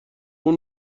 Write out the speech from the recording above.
اون